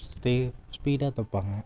stay ஸ்பீடாக தைப்பாங்க